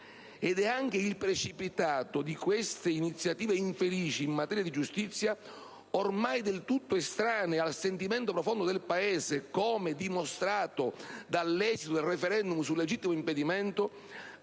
Ed è anche il precipitato di queste iniziative infelici in materia di giustizia - ormai del tutto estraneo al sentimento profondo del Paese, come dimostrato dall'esito del *referendum* sul legittimo impedimento